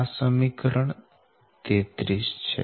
આ સમીકરણ 33 છે